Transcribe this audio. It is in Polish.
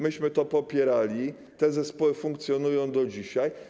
Myśmy to popierali, te zespoły funkcjonują do dzisiaj.